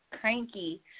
cranky